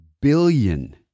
billion